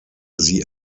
sie